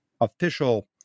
official